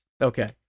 Okay